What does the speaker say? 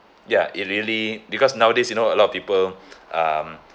ya it really because nowadays you know a lot of people um